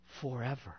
Forever